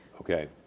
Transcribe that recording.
Okay